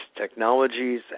technologies